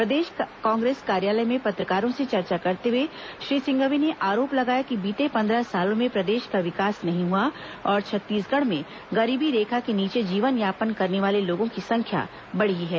प्रदेश कांग्रेस कार्यालय में पत्रकारों से चर्चा करते हुए श्री सिंघवी ने आरोप लगाया कि बीते पंद्रह सालों में प्रदेश का विकास नहीं हुआ और छत्तीसगढ़ में गरीबी रेखा के नीचे जीवन यापन करने वाले लोगों की संख्या बढ़ी है